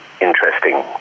interesting